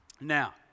Now